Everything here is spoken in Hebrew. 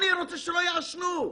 אני רוצה שלא יעשנו.